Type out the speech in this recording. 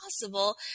possible